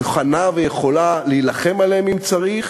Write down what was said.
ואני מוכנה ויכולה להילחם עליהם אם צריך,